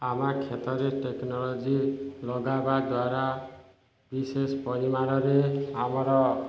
ଆମ କ୍ଷେତରେ ଟେକ୍ନୋଲୋଜି ଲଗାଇବା ଦ୍ୱାରା ବିଶେଷ ପରିମାଣରେ ଆମର